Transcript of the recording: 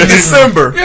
December